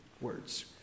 words